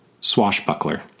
Swashbuckler